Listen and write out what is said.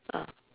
ah